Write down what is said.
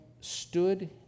stood